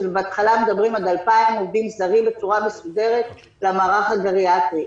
שבהתחלה מדברים עד 2,000 עובדים זרים בצורה מסודרת למערך הגריאטרי.